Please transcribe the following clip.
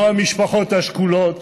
לא את המשפחות השכולות,